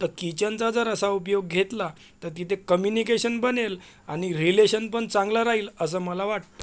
तर किचनचा जर असा उपयोग घेतला तर तिथे कम्युनिकेशन बनेल आणि रिलेशन पण चांगलं राहील असं मला वाटतं